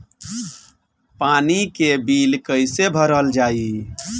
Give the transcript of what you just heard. पानी के बिल कैसे भरल जाइ?